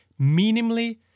minimally